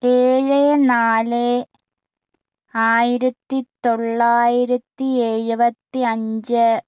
ഏഴ് നാല് ആയിരത്തി തൊള്ളായിരത്തി എഴുപത്തി അഞ്ച്